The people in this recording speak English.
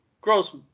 gross